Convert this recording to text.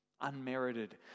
unmerited